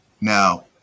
now